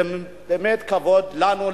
זה באמת כבוד לנו,